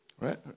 right